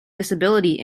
disability